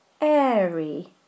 airy